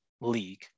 league